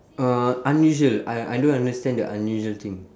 uh unusual I I don't understand the unusual thing